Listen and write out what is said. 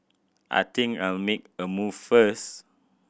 I think I'll make a move first